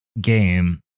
game